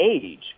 age